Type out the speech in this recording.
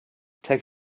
take